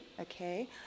okay